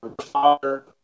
father